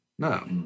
No